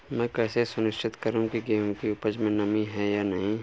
मैं कैसे सुनिश्चित करूँ की गेहूँ की उपज में नमी है या नहीं?